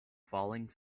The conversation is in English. falling